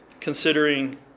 considering